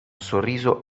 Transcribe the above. sorriso